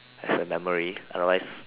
as a memory otherwise